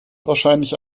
wahrscheinlich